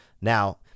now